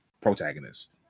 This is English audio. protagonist